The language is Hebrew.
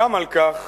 גם על כך